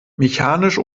mechanisch